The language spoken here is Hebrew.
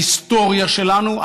ההיסטוריה שלנו,